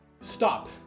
Stop